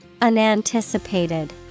Unanticipated